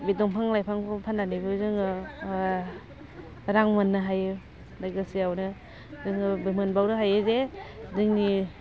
बे दंफां लाइफांखौ फान्नानैबो जोङो रां मोन्नो हायो लोगोसेआवनो जोङो मोनबावनो हायो जे जोंनि